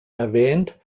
erwähnt